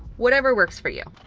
whatever works for you.